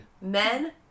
men